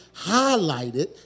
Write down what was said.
highlighted